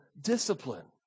discipline